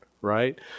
right